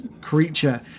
creature